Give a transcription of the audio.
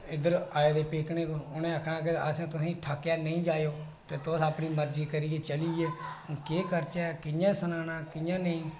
इद्धर आए दे पिकनिक उ'नें आक्खना असें इ'नें गी ठकेआ नेईं जाएओ तुस अपनी मर्जी करियै चली गे होर केह् करचै कि'यां सनाना कि'यां नेईं